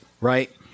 right